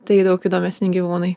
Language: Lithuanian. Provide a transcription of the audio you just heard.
tai daug įdomesni gyvūnai